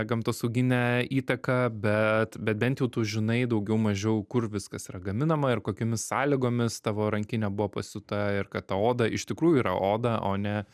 gamtosauginę įtaką bet bet bent jau tu žinai daugiau mažiau kur viskas yra gaminama ir kokiomis sąlygomis tavo rankinė buvo pasiūta ir kad ta oda iš tikrųjų yra oda o ne